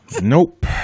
nope